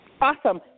Awesome